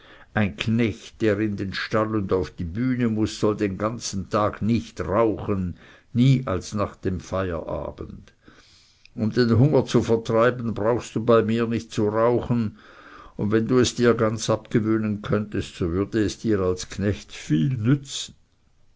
ein knecht der in den stall und auf die bühne muß soll den ganzen tag nicht rauchen niemals nach dem feierabend um den hunger zu vertreiben brauchst du bei mir nicht zu rauchen und wenn du es dir ganz abgewöhnen könntest so würde es dir als knecht viel nützen